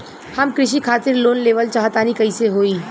हम कृषि खातिर लोन लेवल चाहऽ तनि कइसे होई?